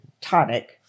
tonic